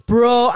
Bro